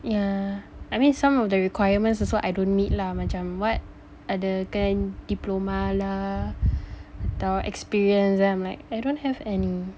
yeah I mean some of the requirements also I don't meet lah macam what ada kan diploma lah atau experience lah then I'm like I don't have any